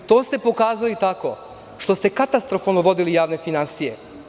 To ste pokazali tako što ste katastrofalno vodili javne finansije.